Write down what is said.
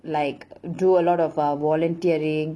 like do a lot of uh volunteering